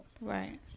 Right